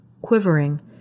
Quivering